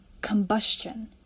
combustion